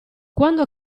quando